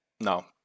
no